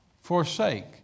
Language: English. forsake